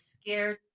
scared